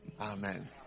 amen